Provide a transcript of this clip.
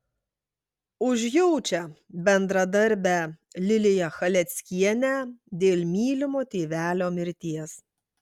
užjaučia bendradarbę liliją chaleckienę dėl mylimo tėvelio mirties